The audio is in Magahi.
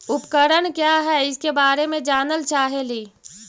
उपकरण क्या है इसके बारे मे जानल चाहेली?